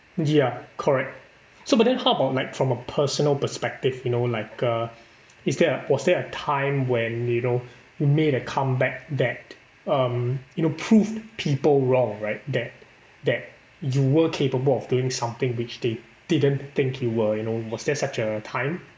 yeah correct so but then how about like from a personal perspective you know like uh is there a was there a time when you know you made a comeback that um you know proved people wrong right that that you were capable of doing something which they didn't think you were you know was there such a time